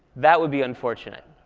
that would be unfortunate.